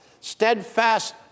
steadfast